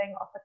off